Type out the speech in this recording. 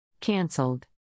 Cancelled